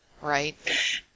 right